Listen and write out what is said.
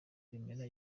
twemera